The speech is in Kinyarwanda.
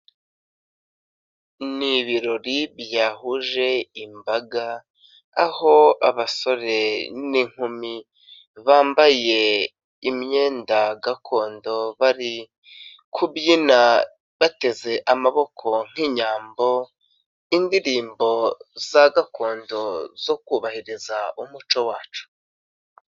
Ni ibirori byahuje imbaga aho abasore n'inkumi bambaye imyenda gakondo bari kubyina bateze amaboko nk'inyambo, indirimbo za gakondo zo kubahiriza umuco wacu.